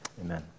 amen